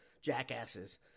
jackasses